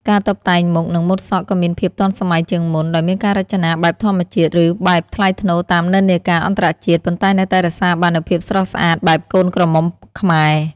ការតុបតែងមុខ និងម៉ូតសក់ក៏មានភាពទាន់សម័យជាងមុន ដោយមានការរចនាបែបធម្មជាតិ ឬបែបថ្លៃថ្នូរតាមនិន្នាការអន្តរជាតិ ប៉ុន្តែនៅតែរក្សាបាននូវភាពស្រស់ស្អាតបែបកូនក្រមុំខ្មែរ ។